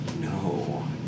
No